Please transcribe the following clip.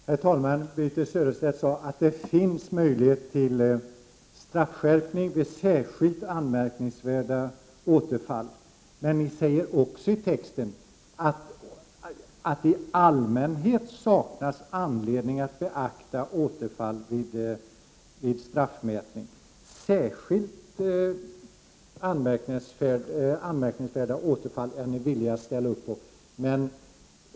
Herr talman! Birthe Sörestedt sade att det finns möjlighet till straffskärpning vid särskilt anmärkningsvärda återfall. Det sägs också i texten att det i allmänhet saknas anledning att beakta återfall vid straffmätning. ”Särskilt anmärkningsvärt återfall” är ni villiga att ställa upp på.